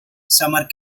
summer